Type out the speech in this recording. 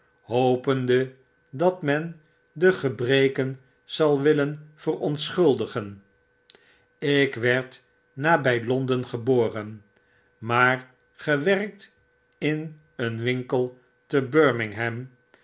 hopende dat men de gebreken zal willen verontschuldigen ik werd nabg londen geboren maar gewerkt in een winkel te birmingham